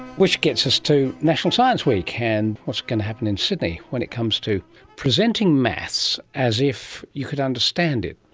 which gets us to national science week and what's going to happen in sydney when it comes to presenting maths as if you could understand it.